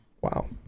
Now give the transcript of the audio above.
Wow